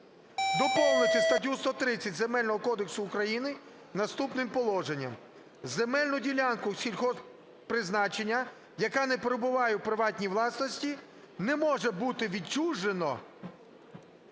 Доповнити статтю 130 Земельного кодексу України наступним положенням: "Земельну ділянку сільгосппризначення, яка не перебуває у приватній власності, не може бути відчужено